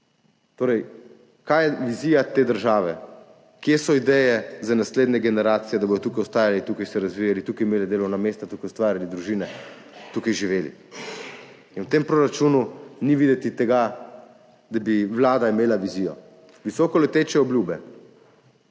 Torej, kaj je vizija te države? Kje so ideje za naslednje generacije, da bodo tukaj ostajali, tukaj se razvijali, tukaj imeli delovna mesta, tukaj ustvarjali družine, tukaj živeli? V tem proračunu ni videti tega, da bi vlada imela vizijo. Visokoleteče obljube,